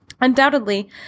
Undoubtedly